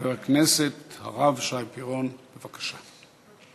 חבר הכנסת הרב שי פירון, בבקשה.